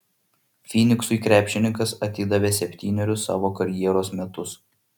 fyniksui krepšininkas atidavė septynerius savo karjeros metus